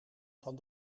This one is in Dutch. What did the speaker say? van